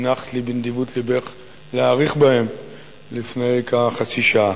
הנחת לי בנדיבות לבך להאריך בהם לפני כחצי שעה.